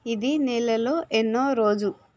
ఇది నెలలో ఎన్నో రోజు